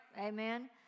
Amen